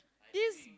this